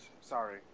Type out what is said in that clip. Sorry